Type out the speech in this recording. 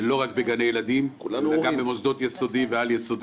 לא רק בגני ילדים, גם במוסדות יסודי ועל-יסודי.